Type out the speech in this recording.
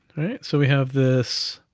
alright, so we have this